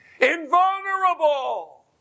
invulnerable